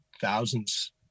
thousands